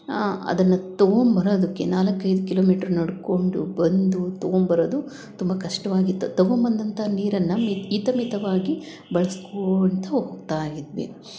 ಅದನ್ನು ತೊಗೊಂಡ್ಬರೋದಕ್ಕೆ ನಾಲ್ಕೈದು ಕಿಲೋಮೀಟ್ರ್ ನಡ್ಕೊಂಡು ಬಂದು ತೊಗೊಂಬರೋದು ತುಂಬ ಕಷ್ಟವಾಗಿತ್ತು ತೊಗೊಂಡ್ಬಂದಂಥ ನೀರನ್ನು ಮಿತ ಹಿತಮಿತವಾಗಿ ಬಳಸ್ಕೊಳ್ತ ಹೋಗ್ತಾ ಇದ್ವಿ